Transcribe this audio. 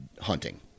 hunting